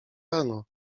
rano